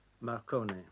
Marconi